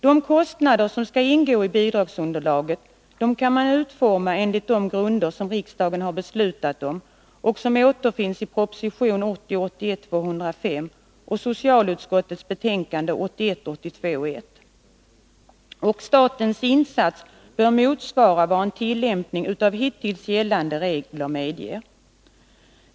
De kostnader som skall ingå i bidragsunderlaget bör kunna utformas enligt de grunder som riksdagen har beslutat och som återfinns i proposition 1980 82:1. Statens insats bör motsvara vad en tillämpning av hittills gällande regler medger.